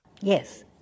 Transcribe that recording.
yes